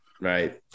Right